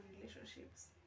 relationships